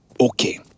Okay